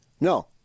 No